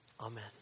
Amen